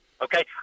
Okay